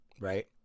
right